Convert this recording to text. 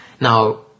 Now